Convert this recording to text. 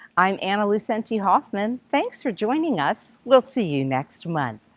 i'm anna lucente-hoffmann, thanks for joining us we'll see you next month!